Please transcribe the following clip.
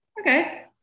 Okay